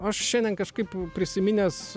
aš šiandien kažkaip prisiminęs